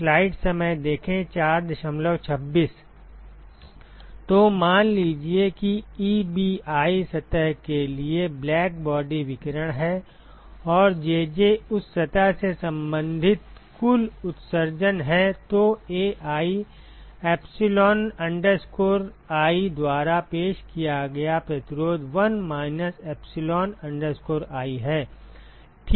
तो मान लीजिए कि Ebi सतह के लिए ब्लैकबॉडी विकिरण है और Ji उस सतह से संबंधित कुल उत्सर्जन है तो Ai epsilon i द्वारा पेश किया गया प्रतिरोध 1 माइनस epsilon i है